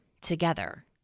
together